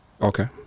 Okay